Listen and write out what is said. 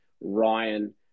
Ryan